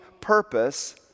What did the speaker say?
purpose